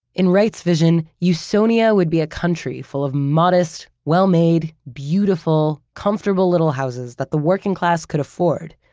in wright's vision, usonia would be a country full of modest, well-made, beautiful, comfortable little houses that the working class could afford.